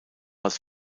als